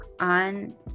on